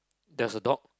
there's a dog